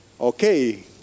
Okay